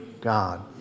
God